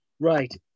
Right